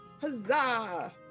huzzah